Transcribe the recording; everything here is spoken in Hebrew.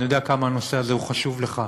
אני יודע כמה הנושא הזה חשוב לך,